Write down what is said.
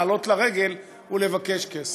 לעלות לרגל ולבקש כסף,